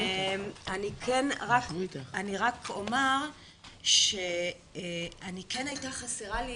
אני רק אומר שכן הייתה חסרה לי